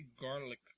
Garlic